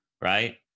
right